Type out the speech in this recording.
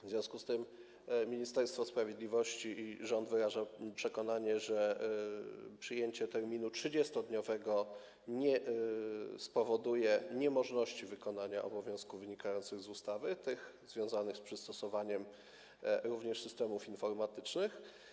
W związku z tym Ministerstwo Sprawiedliwości i rząd wyrażają przekonanie, że przyjęcie terminu 30-dniowego nie spowoduje niemożności wykonania obowiązków wynikających z ustawy, również tych związanych z przystosowaniem systemów informatycznych.